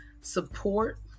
support